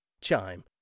Chime